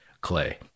Clay